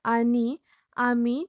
आनी आमी